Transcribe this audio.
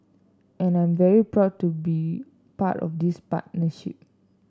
and I'm very proud to be part of this partnership